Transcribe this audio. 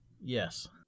Yes